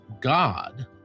God